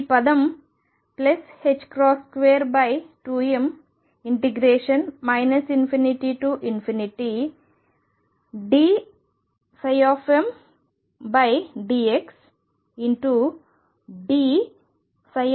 ఈ పదం 22m ∞dmdxdndxdx